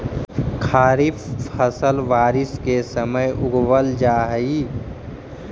खरीफ फसल बारिश के समय उगावल जा हइ